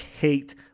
hate